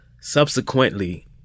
Subsequently